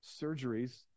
surgeries